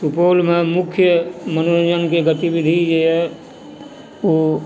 सुपौलमे मुख्य मनोरञ्जनके गतिविधि जे यऽ ओ